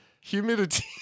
Humidity